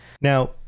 Now